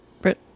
Brit